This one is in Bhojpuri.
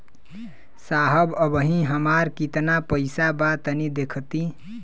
साहब अबहीं हमार कितना पइसा बा तनि देखति?